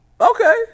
Okay